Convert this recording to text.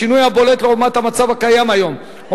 השינוי הבולט לעומת המצב הקיים היום הוא